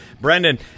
Brendan